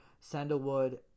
sandalwood